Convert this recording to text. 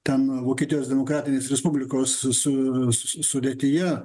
ten vokietijos demokratinis respublikos susu s sudėtyje